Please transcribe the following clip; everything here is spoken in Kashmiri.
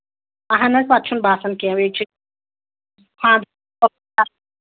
اَہن حظ پَتہٕ چھُنہٕ باسان کینٛہہ